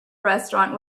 restaurant